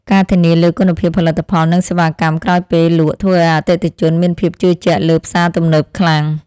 ការធានាលើគុណភាពផលិតផលនិងសេវាកម្មក្រោយពេលលក់ធ្វើឱ្យអតិថិជនមានភាពជឿជាក់លើផ្សារទំនើបខ្លាំង។